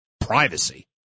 privacy